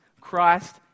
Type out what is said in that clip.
Christ